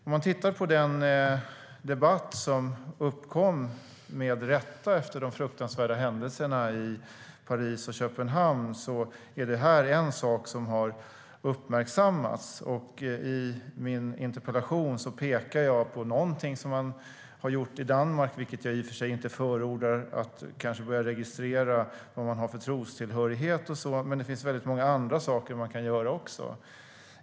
Man kan titta på den debatt som med rätta uppkom efter de fruktansvärda händelserna i Paris och Köpenhamn. Det här är en sak som har uppmärksammats. I min interpellation pekar jag på någonting som man har gjort i Danmark. Jag förordar i och för sig inte att man kanske ska börja registrera trostillhörighet. Men det finns många andra saker man kan göra.